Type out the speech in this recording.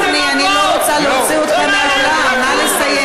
אני קוראת אותך לסדר פעם, דמגוג.